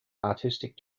artistic